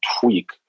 tweak